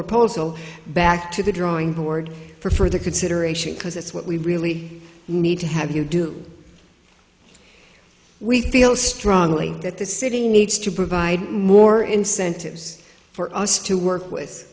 proposal back to the drawing board for further consideration because it's what we really need to have you do we thiel strongly that the city needs to provide more incentives for us to work with